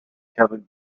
covered